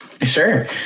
Sure